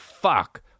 fuck